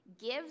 gives